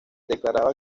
declaraba